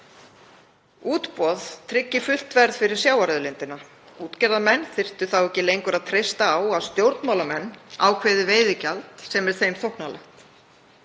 Útboð tryggir fullt verð fyrir sjávarauðlindina. Útgerðarmenn þyrftu þá ekki lengur að treysta á að stjórnmálamenn ákveði veiðigjald sem er þeim þóknanlegt.